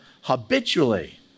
habitually